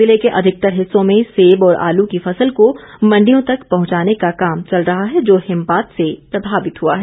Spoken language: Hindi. जिले के अधिकतर हिस्सों में सेब और आलू की फसल को मंडियों तक पहुंचाने का काम चल रहा है जो हिमपात से प्रभावित हुआ है